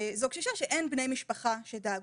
זו קשישה שאין בני משפחה שדאגו,